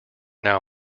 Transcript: now